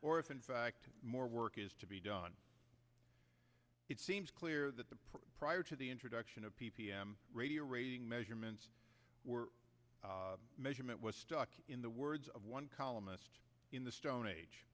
or if in fact more work is to be done it seems clear that the prior to the introduction of p p m radio rating measurements were measurement was stuck in the words of one columnist in the stone age